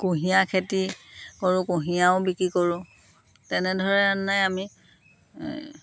কুঁহিয়াৰ খেতি কৰোঁ কুঁহিয়াৰো বিক্ৰী কৰোঁ তেনেধৰণে আমি